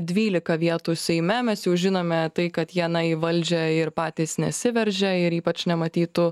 dvylika vietų seime mes jau žinome tai kad jie na į valdžią ir patys nesiveržia ir ypač nematytų